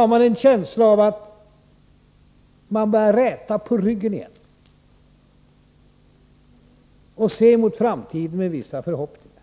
har man en känsla av att människorna börjar räta på ryggen igen och se mot framtiden med vissa förhoppningar.